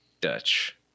Dutch